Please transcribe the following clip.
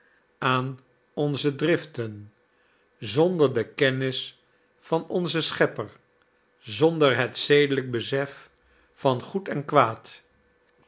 aan onze driften zonder de kennis van onzen schepper zonder het zedelijk besef van goed en kwaad